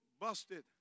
busted